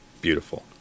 beautiful